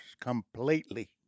completely